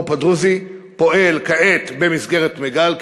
המו"פ הדרוזי פועל כעת במסגרת מיג"ל,